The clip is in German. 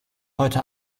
heute